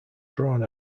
drawn